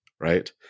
right